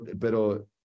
pero